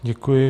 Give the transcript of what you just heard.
Děkuji.